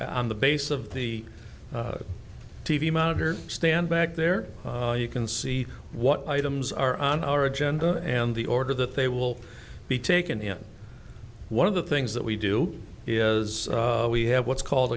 on the base of the t v monitor stand back there you can see what items are on our agenda and the order that they will be taken in one of the things that we do is we have what's called